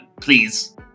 please